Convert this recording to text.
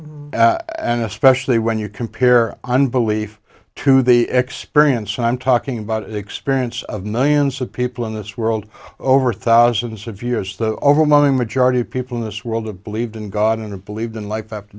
defensible and especially when you compare unbelief to the experience i'm talking about experience of millions of people in this world over thousands of years the overwhelming majority of people in this world have believed in god and believed in life after